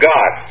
God